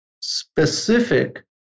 specific